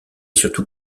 surtout